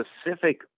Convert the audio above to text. specific